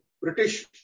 British